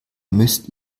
müsst